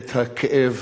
ואת הכאב